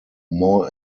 more